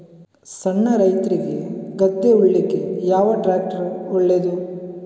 ಸಣ್ಣ ರೈತ್ರಿಗೆ ಗದ್ದೆ ಉಳ್ಳಿಕೆ ಯಾವ ಟ್ರ್ಯಾಕ್ಟರ್ ಒಳ್ಳೆದು?